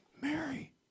Mary